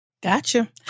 Gotcha